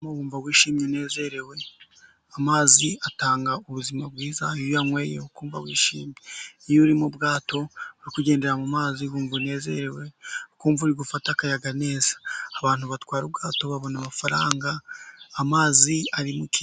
Iyo uri mumazi wumva wishimye unezerewe, amazi atanga ubuzima bwiza iyo uyanyweye wumva wishimye, iyo uri mu bwato uri kugendera mu mazi wumva unezerewe, ukumva uri gufata akayaga neza, abantu batwara ubwato babona amafaranga amazi ari mu kiyaga.